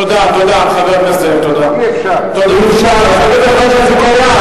אי-אפשר לעקל את הרכב.